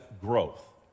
growth